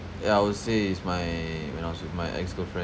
ya I would say is my when I was with my ex girlfriend